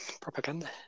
propaganda